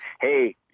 hey